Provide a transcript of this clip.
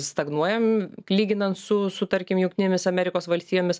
stagnuojam lyginant su su tarkim jungtinėmis amerikos valstijomis